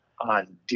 on